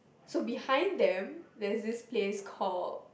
so behind them there is this place called